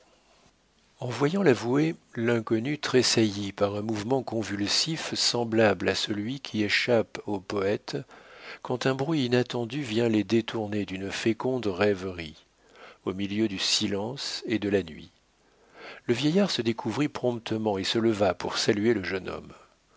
en voyant l'avoué l'inconnu tressaillit par un mouvement convulsif semblable à celui qui échappe aux poètes quand un bruit inattendu vient les détourner d'une féconde rêverie au milieu du silence et de la nuit le vieillard se découvrit promptement et se leva pour saluer le jeune homme